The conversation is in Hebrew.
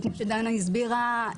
וכמו שדנה הסבירה,